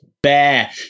Bear